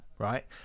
Right